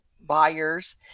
buyers